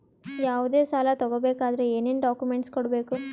ಯಾವುದೇ ಸಾಲ ತಗೊ ಬೇಕಾದ್ರೆ ಏನೇನ್ ಡಾಕ್ಯೂಮೆಂಟ್ಸ್ ಕೊಡಬೇಕು?